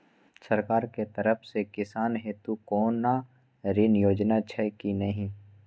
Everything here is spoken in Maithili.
सरकार के तरफ से किसान हेतू कोना ऋण योजना छै कि नहिं?